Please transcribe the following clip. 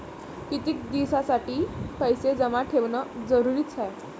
कितीक दिसासाठी पैसे जमा ठेवणं जरुरीच हाय?